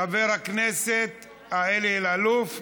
חבר הכנסת אלי אלאלוף.